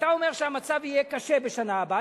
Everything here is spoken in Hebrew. אתה אומר שהמצב יהיה קשה בשנה הבאה.